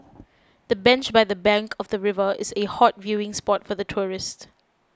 the bench by the bank of the river is a hot viewing spot for tourists